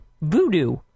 voodoo